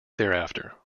thereafter